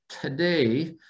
today